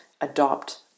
Adopt